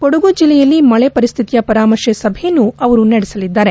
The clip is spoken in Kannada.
ಕೊಡಗು ಜಿಲ್ಲೆಯಲ್ಲಿ ಮಳೆ ಪರಿಸ್ಥಿತಿಯ ಪರಾಮರ್ಶೆ ಸಭೆಯನ್ನು ಅವರು ನಡೆಸಲಿದ್ದಾರೆ